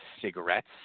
cigarettes